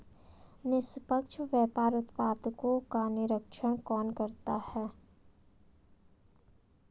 निष्पक्ष व्यापार उत्पादकों का निरीक्षण कौन करता है?